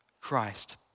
Christ